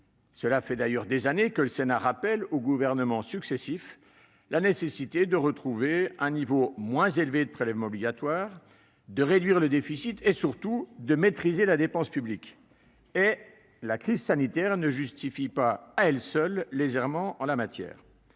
Cela fait des années que le Sénat rappelle aux gouvernements successifs la nécessité de retrouver un niveau moins élevé de prélèvements obligatoires, de réduire le déficit et, surtout, de maîtriser la dépense publique. La crise sanitaire ne justifie pas à elle seule les errements en la matière.